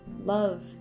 love